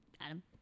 Adam